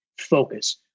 Focus